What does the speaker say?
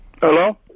Hello